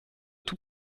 tout